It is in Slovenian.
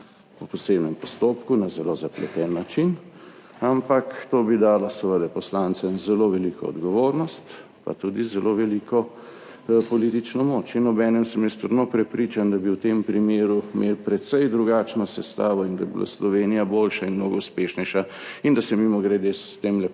po posebnem postopku, na zelo zapleten način. Ampak to bi dalo seveda poslancem zelo veliko odgovornost pa tudi zelo veliko politično moč. In obenem sem jaz trdno prepričan, da bi v tem primeru imeli precej drugačno sestavo in da bi bila Slovenija boljša in mnogo uspešnejša in da se, mimogrede, s temle